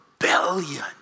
rebellion